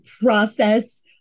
process